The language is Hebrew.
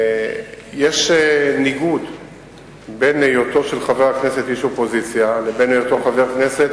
יש ניגוד בין היותו של חבר כנסת איש אופוזיציה לבין היותו חבר כנסת,